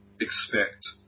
expect